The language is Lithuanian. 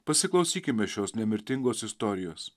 pasiklausykime šios nemirtingos istorijos